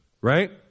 Right